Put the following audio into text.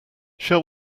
shall